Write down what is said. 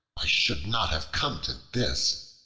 i should not have come to this,